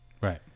right